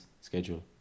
schedule